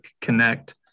connect